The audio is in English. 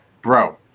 Bro